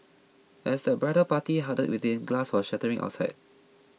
as the bridal party huddled within glass was shattering outside